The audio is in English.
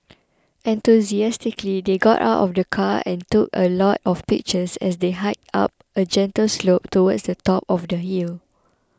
enthusiastically they got out of the car and took a lot of pictures as they hiked up a gentle slope towards the top of the hill